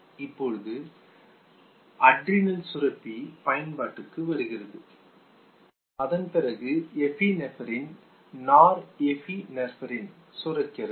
இப்பொழுதுதான் அட்ரீனல் சுரப்பி பயன்பாட்டுக்கு வருகிறது அதன்பிறகு எபினெஃப்ரின் நார் எபினெஃப்ரின் சுரக்கிறது